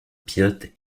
pilote